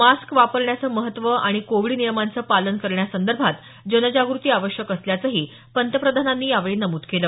mask वापरण्याचं महत्व आणि कोविड नियमांचं पालन करण्यासंदर्भात जनजागृती आवश्यक असल्याचं पंतप्रधानांनी यावेळी नमूद केलं